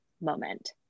moment